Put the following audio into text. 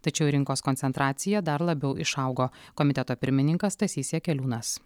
tačiau rinkos koncentracija dar labiau išaugo komiteto pirmininkas stasys jakeliūnas